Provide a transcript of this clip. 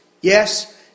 Yes